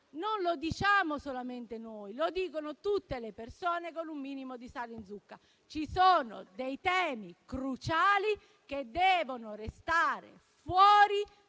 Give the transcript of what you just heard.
Non lo diciamo solamente noi, ma lo dicono tutte le persone con un minimo di sale in zucca. Ci sono dei temi cruciali che devono restare fuori